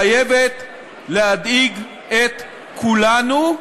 חייבת להדאיג את כולנו,